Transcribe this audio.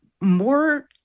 more